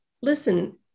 Listen